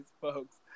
folks